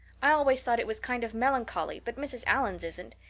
i always thought it was kind of melancholy, but mrs. allan's isn't,